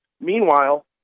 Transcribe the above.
Meanwhile